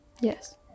yes